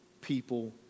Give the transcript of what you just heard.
people